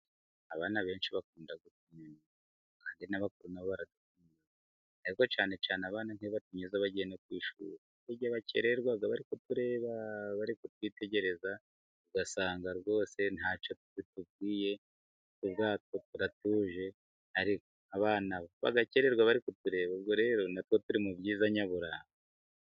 Abana benshi bakunda utunyoni. Kandi n'abakuru baradukunda. Ariko cyane cyane abana nk'iyo batunyuzeho bagiye ku ishuri, hari igihe bakererwa bari kutwitegereza, ugasanga rwose nta cyo bitubwiye ubwatwo turatuje, bagakererwa bari kutureba. Ubwo rero na two turi mu byiza nyaburanga.